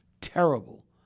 terrible